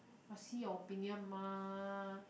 must see her opinion mah